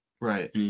right